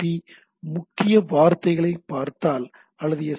B முக்கிய வார்த்தைகளைப் பார்த்தால் அல்லது எஸ்